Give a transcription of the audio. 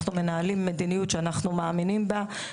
אנחנו מנהלים מדיניות שאנחנו מאמינים בה,